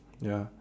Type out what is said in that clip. ya